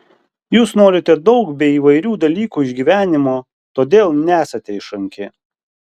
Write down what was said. jūs norite daug bei įvairių dalykų iš gyvenimo todėl nesate išranki